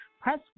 Press